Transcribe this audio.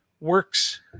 works